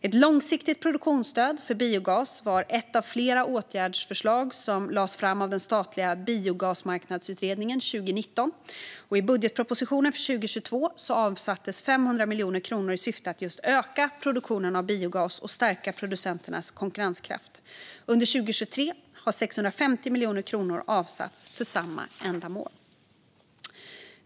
Ett långsiktigt produktionsstöd för biogas var ett av flera åtgärdsförslag som lades fram av den statliga Biogasmarknadsutredningen 2019, och i budgetpropositionen för 2022 avsattes 500 miljoner kronor i syfte att öka produktionen av biogas och stärka producenternas konkurrenskraft. Under 2023 har 650 miljoner kronor avsatts för samma ändamål.